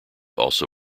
also